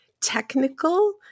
technical